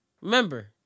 Remember